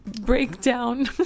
breakdown